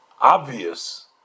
obvious